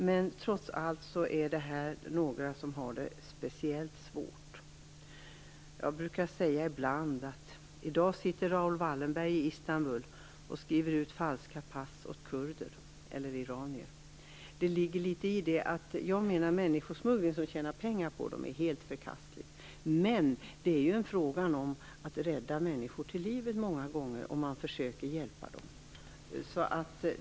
Men detta är trots allt några som har det speciellt svårt. Jag brukar ibland säga att Raoul Wallenberg i dag sitter i Istanbul och skriver ut falska pass åt kurder eller iranier. Att människosmugglare tjänar pengar på flyktingar är helt förkastligt. Men det är många gånger en fråga om att rädda människor till livet, om att man försöker hjälpa dem.